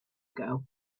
ago